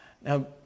Now